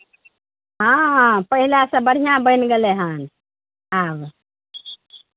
हँ हँ पहिलासँ बढ़िआँ बनि गेलै हन हँ